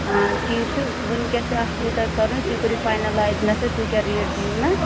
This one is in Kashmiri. آ ٹھیٖک چھُ وُنۍ کیٛاہ چھُ اتھ یوٗتاہ کَرُن تُہۍ کٔرِو فاینَلایِز مےٚ سۭتۍ تُہۍ کیٛاہ ریٹ دِیِو مےٚ